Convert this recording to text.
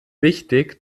wichtig